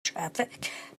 traffic